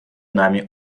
нами